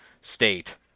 state